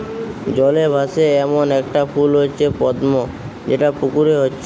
জলে ভাসে এ্যামন একটা ফুল হচ্ছে পদ্ম যেটা পুকুরে হচ্ছে